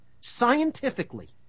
scientifically